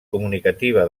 comunicativa